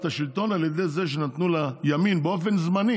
השלטון על ידי זה שנתנו לימין באופן זמני